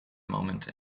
moment